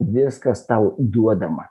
viskas tau duodama